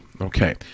Okay